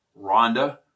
Rhonda